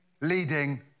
leading